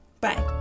Bye